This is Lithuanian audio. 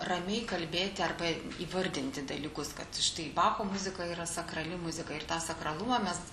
ramiai kalbėti arba įvardinti dalykus kad štai bacho muzikoje yra sakrali muzika ir tą sakralumą mes